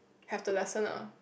have the lesson ah